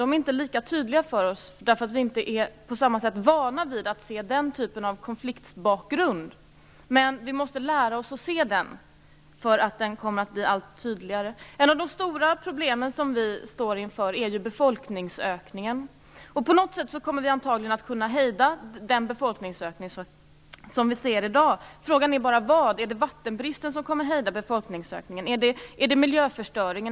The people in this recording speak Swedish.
De är inte lika tydliga för oss, därför att vi inte på samma sätt är vana vid den typen av konfliktbakgrund. Men vi måste lära oss att se dem, eftersom de kommer att bli allt tydligare. Ett av de stora problem vi står inför är ju befolkningsökningen. På något sätt kommer vi antagligen att kunna hejda den befolkningsökning vi ser i dag. Frågan är bara vad som kommer att hejda den. Är det vattenbristen? Är det miljöförstöringen?